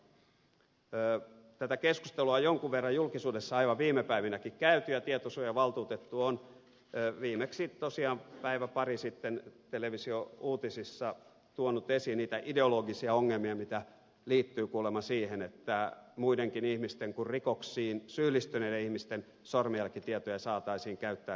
tätä keskustelua on jonkun verran julkisuudessa aivan viime päivinäkin käyty ja tietosuojavaltuutettu on viimeksi tosiaan päivä pari sitten televisiouutisissa tuonut esiin niitä ideologisia ongelmia mitä liittyy kuulemma siihen että muidenkin ihmisten kuin rikoksiin syyllistyneiden ihmisten sormenjälkitietoja saataisiin käyttää rikosten selvittämiseen